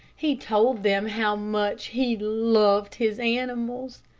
he told them how much he loved his animals,